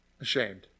ashamed